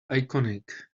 iconic